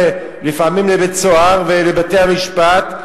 לפעמים לבית-הסוהר ולבתי-המשפט,